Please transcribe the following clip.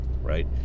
right